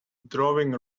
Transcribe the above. drawing